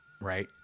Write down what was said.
Right